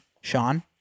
Sean